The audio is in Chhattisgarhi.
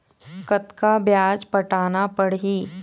कतका ब्याज पटाना पड़ही?